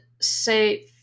say